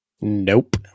Nope